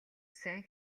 сайн